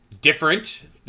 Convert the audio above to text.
different